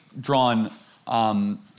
drawn